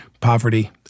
poverty